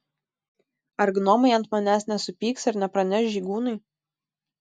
ar gnomai ant manęs nesupyks ir nepraneš žygūnui